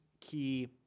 key